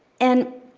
and